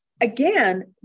again